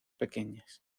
pequeñas